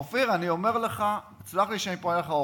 אופיר, אני אומר לך, סלח לי שאני קורא לך אופיר,